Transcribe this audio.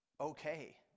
okay